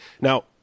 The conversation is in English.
Now